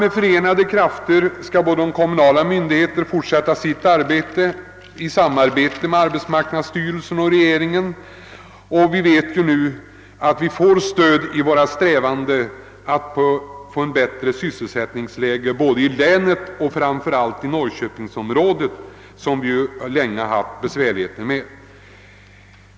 Med förenade krafter, och om de kommunala myndigheterna får fortsätta med sitt arbete i samråd med arbetsmarknadsstyrelsen och regeringen, tror jag dock att vi, om vi får stöd i våra strävanden, skall kunna få ett bättre sysselsättningsläge både i länet och i norrköpingsområdet, där besvärligheterna har varit mycket stora.